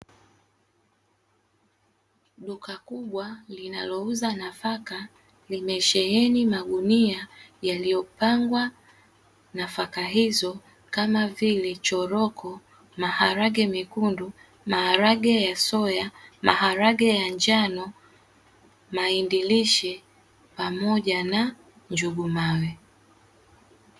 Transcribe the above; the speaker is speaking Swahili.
Duka kubwa linalouza nafaka limesheheni magunia yaliyopangwa nafaka hizo kama vile: choroko, maharage mekundu, maharage ya soya, maharage ya njano, mahindi lishe pamoja na njugu mawe.